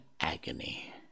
agony